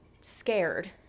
scared